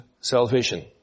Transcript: salvation